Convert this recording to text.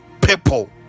people